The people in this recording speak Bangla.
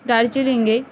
দার্জিলিংয়ে